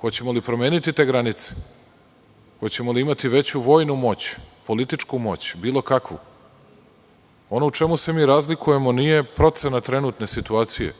Hoćemo li promeniti te granice? Hoćemo li imati veću vojnu moć, političku moć, bilo kakvu? Ono u čemu se mi razlikujemo nije procena trenutne situacije,